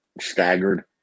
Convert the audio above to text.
staggered